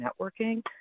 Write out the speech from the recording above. networking